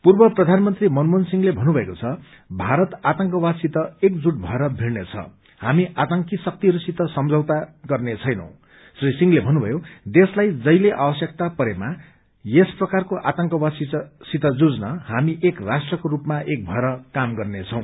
पूर्व प्रघानमंत्री मनमोहनसिंहले भन्नुभएको द भारत आतंकवादसित एकजुट भएर भिड़ने छ हामी आतंकी शक्तिहरूसित सम्झौता गर्ने छैनौश्री सिंहले भन्नुभयो देशलाई जहिले आवश्यकता परेमा यस प्रकारको आतंकवादसित जझन हामी एक राष्ट्रको रूपामा एक भएर काम गर्नेछौ